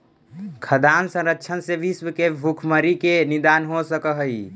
खाद्यान्न संरक्षण से विश्व के भुखमरी के निदान हो सकऽ हइ